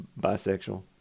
bisexual